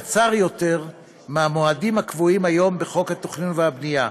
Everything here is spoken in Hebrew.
קצר יותר מהמועדים הקבועים היום בחוק התכנון והבנייה,